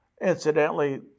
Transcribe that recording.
Incidentally